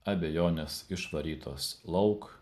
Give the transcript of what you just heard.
abejonės išvarytos lauk